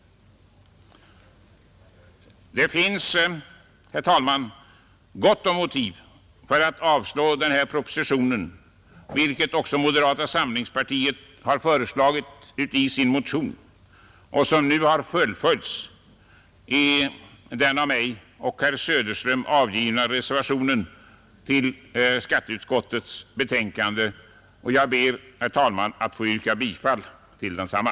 Det finns, herr talman, gott om motiv för att avslå den här propositionen, vilket också moderata samlingspartiet föreslagit i sin motion som nu har fullföljts i den av mig och herr Söderström avgivna reservationen till skatteutskottets betänkande nr 30, och jag ber, herr talman, att få yrka bifall till densamma.